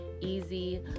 easy